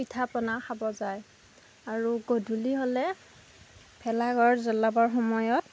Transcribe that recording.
পিঠা পনা খাব যায় আৰু গধূলি হ'লে ভেলাঘৰ জ্বলাবৰ সময়ত